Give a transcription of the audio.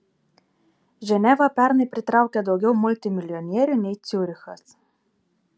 ženeva pernai pritraukė daugiau multimilijonierių nei ciurichas